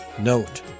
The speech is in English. Note